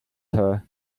her